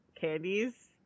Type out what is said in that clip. candies